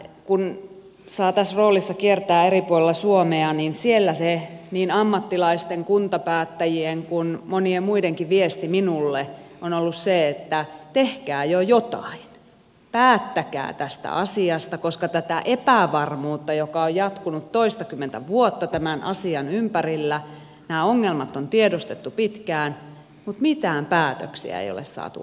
kun saa tässä roolissa kiertää eri puolilla suomea niin siellä se niin ammattilaisten kuntapäättäjien kuin monien muidenkin viesti minulle on ollut se että tehkää jo jotain päättäkää tästä asiasta koska tätä epävarmuutta on jatkunut toistakymmentä vuotta tämän asian ympärillä nämä ongelmat on tiedostettu pitkään mutta mitään päätöksiä ei ole saatu aikaiseksi